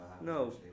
no